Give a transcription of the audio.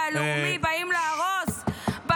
-- והלאומי, באים להרוס -- אה, ששש.